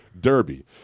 derby